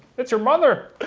that's your mother.